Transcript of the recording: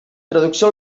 traducció